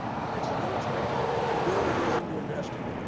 and it's an unexpected bill that goes into investing.